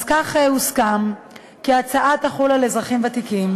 כך הוסכם כי ההצעה תחול על אזרחים ותיקים,